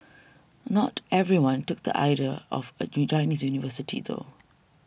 not everyone took the idea of a Chinese university though